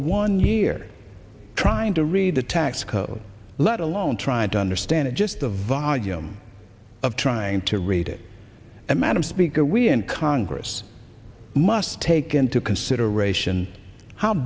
one year trying to read the tax code let alone try to understand it just the volume of trying to read it and madam speaker when congress must take into consideration how